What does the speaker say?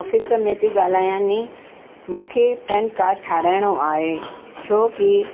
office में थी ॻाल्हायां नी मूंखे पेन कार्ड ठाराहिणो आहे छो की